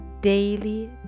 Daily